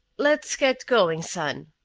let's get going, son,